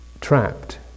trapped